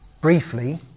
Briefly